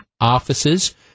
offices